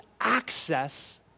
access